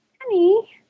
Honey